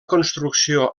construcció